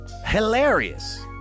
hilarious